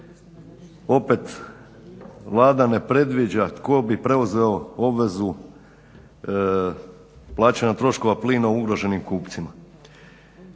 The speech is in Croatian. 3.opet Vlada ne predviđa tko bi preuzeo obvezu plaćanja troškova plina ugroženim kupcima.